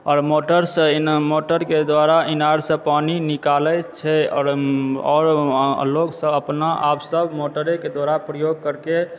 आओर मोटरसंँ एहिना मोटरके द्वारा इनारसंँ पानि निकालए छै आओर लोकसब अपना आपसँ मोटरेके द्वारा प्रयोग करके